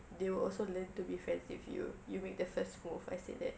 they will also learn to be friends with you you make their first move I said that